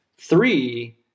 Three